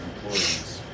employees